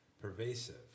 Pervasive